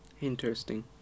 interesting